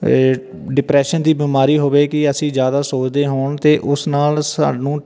depression ਦੀ ਬਿਮਾਰੀ ਹੋਵੇਗੀ ਅਸੀਂ ਜ਼ਿਆਦਾ ਸੋਚਦੇ ਹੋਣ ਤਾਂ ਉਸ ਨਾਲ ਸਾਨੂੰ